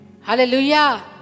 Hallelujah